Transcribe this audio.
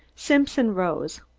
simpson rose.